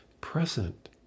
present